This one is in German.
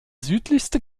südlichste